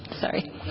sorry